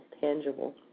tangible